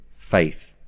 faith